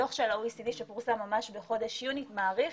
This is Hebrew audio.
דוח של ה-OECD שפורסם בחודש יוני מעריך